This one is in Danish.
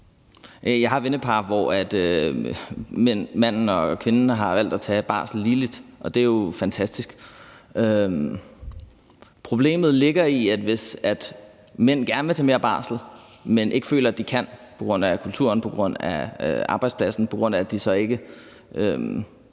Jeg har vennepar, hvor manden og kvinden har valgt at tage barslen ligeligt, og det er jo fantastisk. Problemet ligger i, hvis mænd gerne vil tage mere barsel, men de ikke føler, at de kan på grund af kulturen, på grund af arbejdspladsen, på grund af at de så ikke